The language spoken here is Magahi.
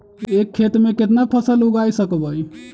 एक खेत मे केतना फसल उगाय सकबै?